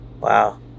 wow